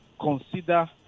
consider